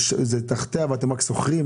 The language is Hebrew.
זה תחתיה ואתם רק שוכרים?